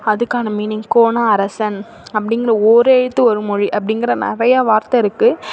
அதுக்கான மீனிங் கோனா அரசன் அப்படிங்குற ஒரு எழுத்து ஒரு மொழி படிக்கிற நிறையா வார்த்தை இருக்குது